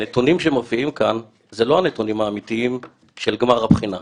הנתונים שמופיעים כאן הם לא הנתונים האמיתיים של גמר הבחינה,